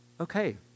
Okay